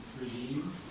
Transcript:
regime